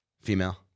Female